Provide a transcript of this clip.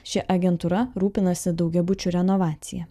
ši agentūra rūpinasi daugiabučių renovacija